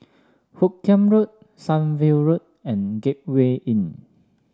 Hoot Kiam Road Sunview Road and Gateway Inn